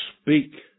speak